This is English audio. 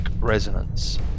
resonance